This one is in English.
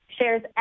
shares